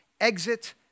exit